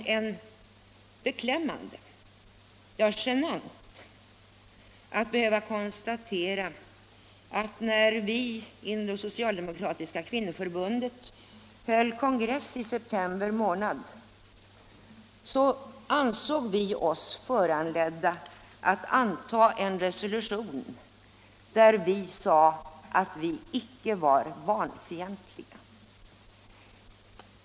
Det har varit beklämmande — ja, genant — att behöva konstatera att vi inom det socialdemokratiska kvinnoförbundet, när vi höll kongress i september månad, ansåg oss föranledda att anta en resolution där vi uttalade att vi icke var barnfientliga.